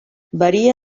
varia